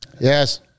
Yes